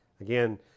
Again